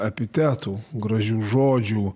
epitetų gražių žodžių